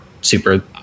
super